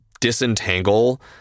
disentangle